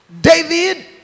David